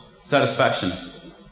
satisfaction